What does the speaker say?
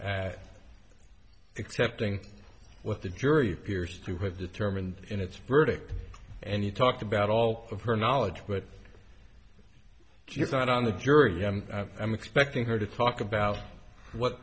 accepting what the jury appears to have determined in its verdict and he talked about all of her knowledge but she was not on the jury i'm expecting her to talk about what